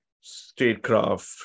statecraft